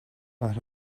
but